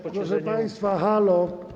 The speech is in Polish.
Proszę państwa, halo!